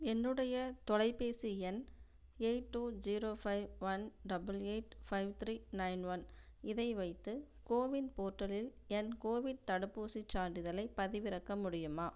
என்னுடைய தொலைபேசி எண் eight two zero five one double eight five three nine one இதை வைத்து கோவின் போர்ட்டலில் என் கோவிட் தடுப்பூசிச் சான்றிதழைப் பதிவிறக்க முடியுமா